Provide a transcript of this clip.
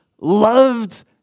loved